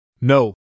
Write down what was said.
No